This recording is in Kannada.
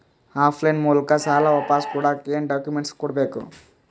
ಆಫ್ ಲೈನ್ ಮೂಲಕ ಸಾಲ ವಾಪಸ್ ಕೊಡಕ್ ಏನು ಡಾಕ್ಯೂಮೆಂಟ್ಸ್ ಕೊಡಬೇಕು?